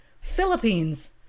Philippines